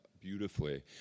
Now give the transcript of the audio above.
beautifully